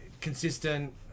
Consistent